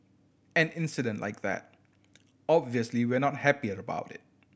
an incident like that obviously we are not happy about it